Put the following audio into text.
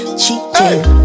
cheating